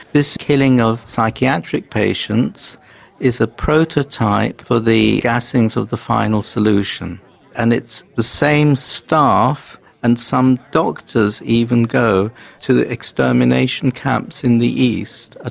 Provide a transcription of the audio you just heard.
this killing of psychiatric patients is a prototype for the gassing of so the final solution and it's the same staff and some doctors even go to the extermination camps in the east, ah